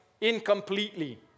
incompletely